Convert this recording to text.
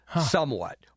somewhat